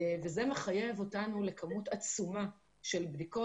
וזה מחייב אותנו לכמות עצומה של בדיקות,